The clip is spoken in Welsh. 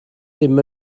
ddim